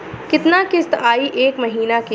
कितना किस्त आई एक महीना के?